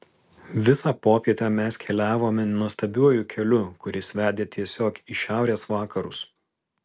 visą popietę mes keliavome nuostabiuoju keliu kuris vedė tiesiog į šiaurės vakarus